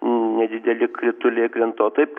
nedideli krituliai krenta o taip